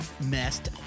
messed